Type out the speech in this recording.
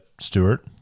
Stewart